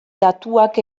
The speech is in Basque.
datuak